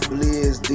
Blizz